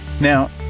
Now